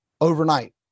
overnight